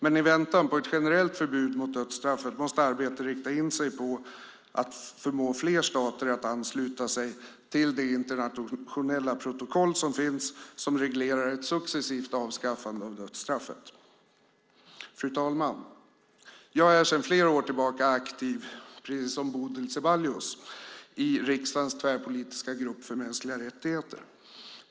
Men i väntan på ett generellt förbud mot dödsstraffet måste arbetet rikta in sig på att förmå fler stater att ansluta sig till det internationella protokoll som reglerar ett successivt avskaffande av dödsstraffet. Fru talman! Jag är sedan flera år tillbaka aktiv, precis som Bodil Ceballos, i riksdagens tvärpolitiska grupp för mänskliga rättigheter.